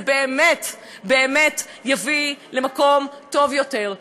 זה באמת באמת יביא למקום טוב יותר.